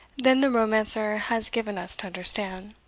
than the romancer has given us to understand.